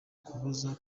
kubuza